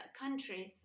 countries